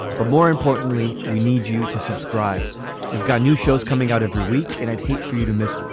but more importantly we need you to subscribe we've got new shows coming out every week and i'd hate for you to miss one.